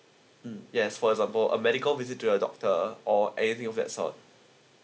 mm yes for example a medical visit to your doctor or anything of that sort